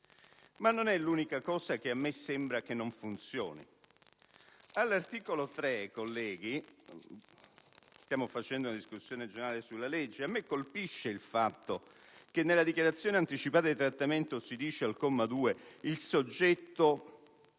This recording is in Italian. Ma non è l'unica cosa che a me sembra che non funzioni. All'articolo 3, colleghi - siamo in discussione generale sulla legge - colpisce il fatto che nella dichiarazione anticipata di trattamento si dice al comma 2 che il soggetto